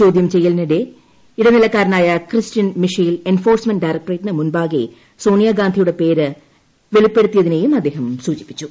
ചോദ്യം ചെയ്യലിനിടെ ഇടനിലക്കാരനായ ക്രിസ്റ്റ്യൻ മിഷേൽ എൻഫോഴ്സ്മെന്റ് ഡയറക്ടറേറ്റിന് മുൻപാകെ സോണിയാഗാന്ധിയുടെ പേര് വെളിപ്പെടുത്തിയതിനെയും അദ്ദേഹം സൂചിപ്പിച്ചു